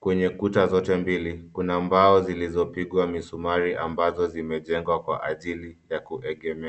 Kwenye kuta zote mbili, kuna mbao zilizopigwa misumari ambazo zimejengwa kwa ajili ya kuegemea.